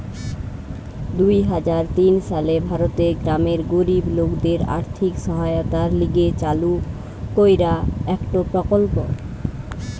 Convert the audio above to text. দুই হাজার তিন সালে ভারতের গ্রামের গরিব লোকদের আর্থিক সহায়তার লিগে চালু কইরা একটো প্রকল্প